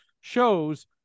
shows